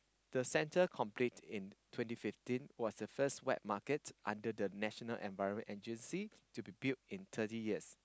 the center complete in twenty fifteen was the first wet market under the National-Environment-Agency to be build in thirty years